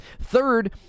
Third